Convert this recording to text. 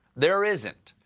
there isn't.